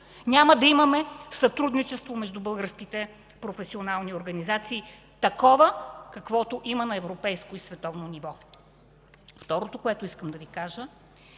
няма да имаме сътрудничество между българските професионални организации – такова, каквото има на европейско и световно ниво. Втората манипулация касае